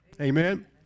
Amen